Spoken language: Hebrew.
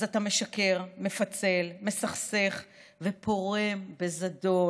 אז אתה משקר, מפצל, מסכסך ופורם בזדון